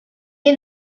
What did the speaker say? est